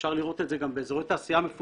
אפשר לראות את זה גם באזורי תעשייה מפותחים,